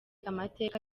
amateka